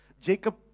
jacob